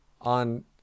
on